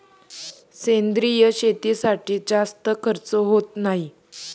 सेंद्रिय शेतीसाठी जास्त खर्च होत नाही